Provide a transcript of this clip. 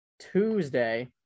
Tuesday